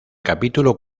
capítulo